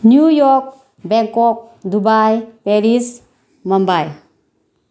new York Bangkok Dubai Paris Mumbai